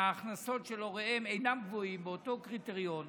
והכנסות הוריהם אינן גבוהות באותו קריטריון.